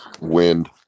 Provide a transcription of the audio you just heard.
Wind